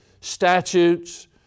statutes